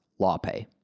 LawPay